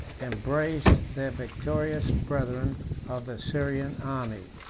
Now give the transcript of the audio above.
embraced their victorious brethren of the syrian army.